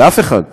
לאף אחד,